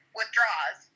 withdraws